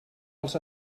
els